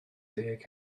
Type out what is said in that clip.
deg